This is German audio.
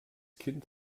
kind